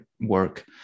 work